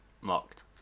Mocked